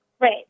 Right